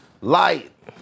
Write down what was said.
Light